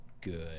good